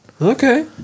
okay